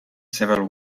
civil